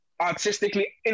artistically